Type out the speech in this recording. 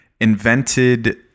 invented